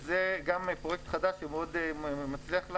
זה גם פרויקט חדש שמאוד מצליח.